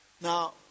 Now